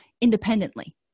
independently